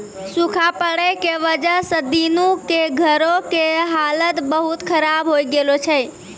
सूखा पड़ै के वजह स दीनू के घरो के हालत बहुत खराब होय गेलो छै